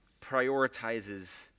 prioritizes